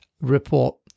report